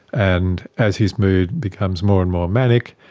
and as his mood becomes more and more manic,